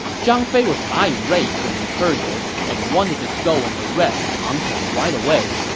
zhang fei was irate when he heard this and wanted to go and arrest pang tong right away.